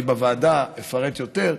אני בוועדה אפרט יותר.